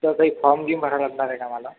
तर काही फॉर्म बिम भरावा लागणार आहे का मला